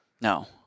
No